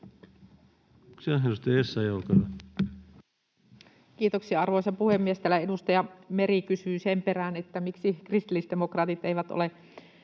Kiitoksia, arvoisa puhemies! Täällä edustaja Meri kysyi sen perään, että miksi kristillisdemokraatit eivät ole